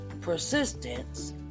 Persistence